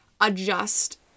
adjust